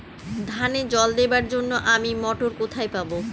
ধানে জল দেবার জন্য আমি মটর কোথায় পাবো?